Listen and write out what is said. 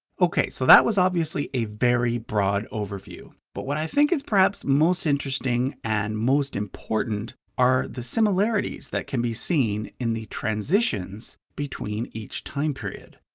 okay, so that was obviously a very broad overview. but what i think is perhaps most interesting and most important are the similarities that can be seen in the transitions between each time period.